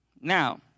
Now